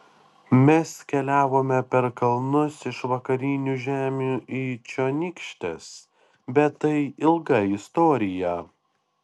mes keliavome per kalnus iš vakarinių žemių į čionykštes bet tai ilga istorija